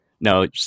No